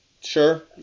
Sure